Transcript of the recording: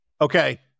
Okay